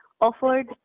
offered